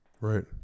Right